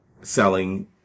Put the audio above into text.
selling